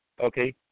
okay